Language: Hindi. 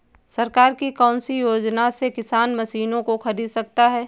सरकार की कौन सी योजना से किसान मशीनों को खरीद सकता है?